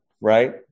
right